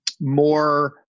more